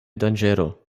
danĝero